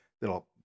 that'll